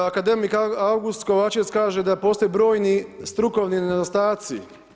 Akademik August Kovačec kaže da postoje brojni struktovni nedostaci.